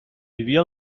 vivia